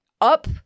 up